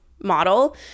model